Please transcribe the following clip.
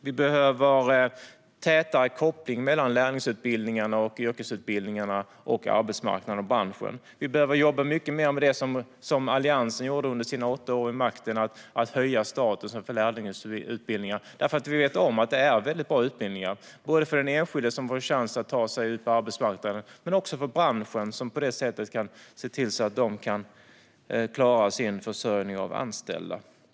Vi behöver tätare koppling mellan å ena sidan lärlingsutbildningarna och yrkesutbildningarna och å andra sidan arbetsmarknaden och branschen. Vi behöver jobba mycket mer med det som Alliansen gjorde under sina åtta år vid makten - att höja statusen för lärlingsutbildningar. Vi vet att dessa utbildningar är väldigt bra, både för den enskilde, som får en chans att ta sig ut på arbetsmarknaden, och för branschen, som på det sättet kan se till att klara sin försörjning av anställda.